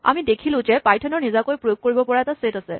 আমি দেখিলো যে পাইথনৰ নিজাকৈ প্ৰয়েোগ কৰিব পৰা ছেট আছে